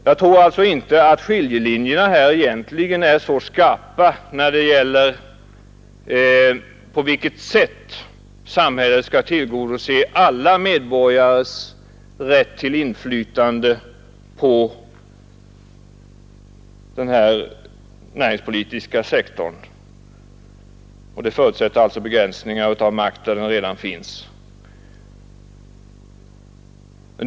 Jag tror alltså inte att skiljelinjerna egentligen är så skarpa på alla områden när det gäller på vilket sätt samhället skall tillgodose alla medborgares rätt till inflytande på denna sektor, men det förutsätter en begränsning av makt där sådan redan finns.